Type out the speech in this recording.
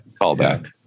Callback